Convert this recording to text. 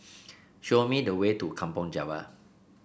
show me the way to Kampong Java